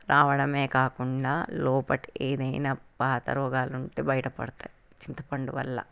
రావడమే కాకుండా లోపల ఏదైనా పాత రోగాలు ఉంటే బయటపడతాయి చింతపండు వల్ల